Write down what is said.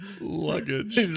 luggage